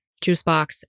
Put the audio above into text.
Juicebox